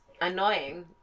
annoying